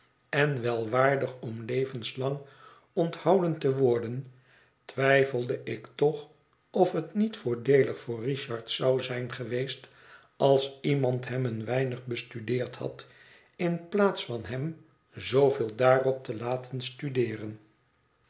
en wel waardig om levenslang onthouden te worden twijfelde ik toch of het niet voordeelig voor richard zou zijn geweest als iemand hem een weinigje bestudeerd had in plaats van hem zooveel daarop te laten studeeren